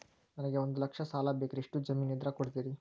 ನನಗೆ ಒಂದು ಲಕ್ಷ ಸಾಲ ಬೇಕ್ರಿ ಎಷ್ಟು ಜಮೇನ್ ಇದ್ರ ಕೊಡ್ತೇರಿ?